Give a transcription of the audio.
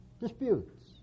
disputes